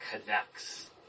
connects